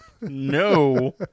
No